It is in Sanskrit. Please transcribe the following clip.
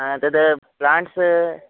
आ तद् प्लाण्ट्स्